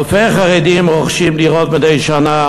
אלפי חרדים רוכשים דירות מדי שנה,